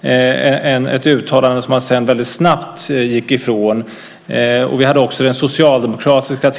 Det var ett uttalande som man sedan väldigt snabbt gick ifrån. Vi hade också den tillträdande socialdemokratiska